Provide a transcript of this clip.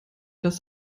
das